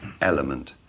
element